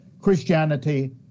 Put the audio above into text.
Christianity